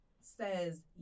says